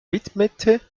widmete